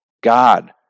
God